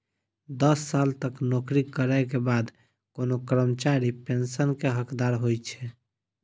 दस साल तक नौकरी करै के बाद कोनो कर्मचारी पेंशन के हकदार होइ छै